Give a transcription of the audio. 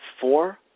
four